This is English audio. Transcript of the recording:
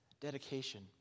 Dedication